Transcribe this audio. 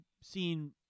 seen